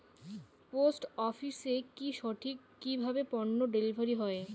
Post অফিসে কি সঠিক কিভাবে পন্য ডেলিভারি হয়?